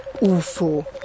UFO